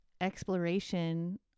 Exploration